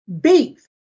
beef